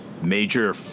Major